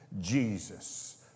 Jesus